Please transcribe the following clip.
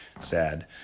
sad